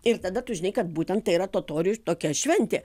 ir tada tu žinai kad būtent tai yra totorių tokia šventė